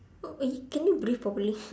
eh can you breathe properly